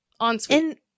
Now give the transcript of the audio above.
Ensuite